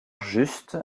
juste